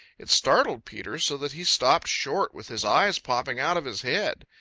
it startled peter so that he stopped short with his eyes popping out of his head.